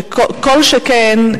וכל שכן,